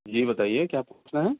جی بتائیے کیا پوچھنا ہے